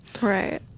Right